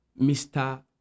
Mr